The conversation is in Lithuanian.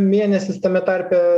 mėnesis tame tarpe